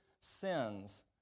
sins